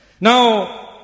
Now